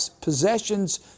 possessions